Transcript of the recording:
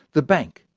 the bank,